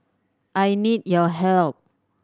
I need your help